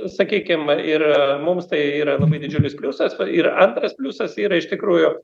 sakykim ir mums tai yra labai didžiulis pliusas ir antras pliusas yra iš tikrųjų